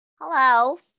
hello